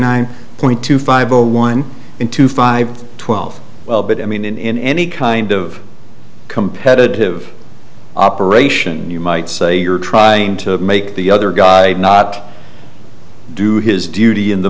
nine point two five zero one one two five twelve well but i mean in any kind of competitive operation you might say you're trying to make the other guy not do his duty in the